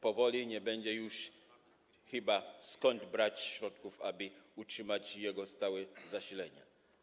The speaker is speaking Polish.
Powoli nie będzie już chyba skąd brać środków, aby utrzymać jego stałe zasilanie.